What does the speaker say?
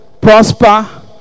prosper